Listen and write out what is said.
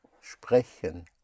Sprechen